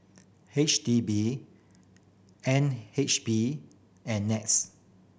H D B N H B and NETS